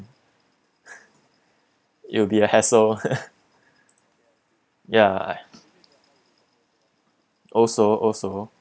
it will be a hassle ya also also